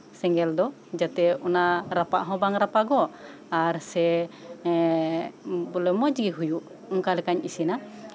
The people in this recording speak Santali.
ᱥᱮᱸᱜᱮᱞ ᱫᱚ ᱡᱟᱛᱮ ᱚᱱᱟ ᱨᱟᱯᱟᱜ ᱦᱚᱸ ᱵᱟᱝ ᱨᱟᱯᱟᱜᱚᱜ ᱟᱨ ᱥᱮ ᱵᱚᱞᱮ ᱢᱚᱸᱡᱽ ᱜᱮ ᱦᱳᱭᱳᱜ ᱵᱚᱞᱮ ᱚᱱᱠᱟ ᱞᱮᱠᱟᱧ ᱤᱥᱤᱱᱟ